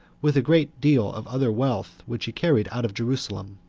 with a great deal of other wealth which he carried out of jerusalem.